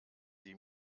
die